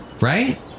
right